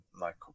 Michael